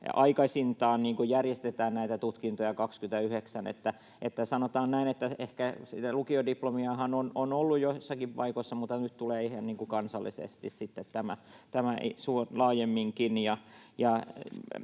aikaisintaan järjestetään näitä tutkintoja vuonna 29. Sanotaan näin, että lukiodiplomiahan on ollut joissakin paikoissa, mutta nyt tämä tulee ihan niin kuin kansallisesti sitten laajemminkin.